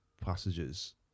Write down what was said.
passages